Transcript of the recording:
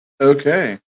Okay